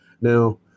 Now